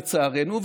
לצערנו,